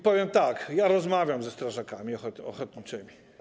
Powiem tak: ja rozmawiam ze strażakami ochotniczymi.